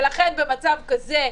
לכן, במצב כזה,